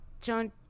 John